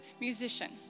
musician